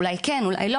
אולי כן אולי לא,